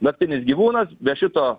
naktinis gyvūnas be šito